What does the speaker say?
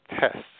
tests